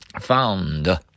Found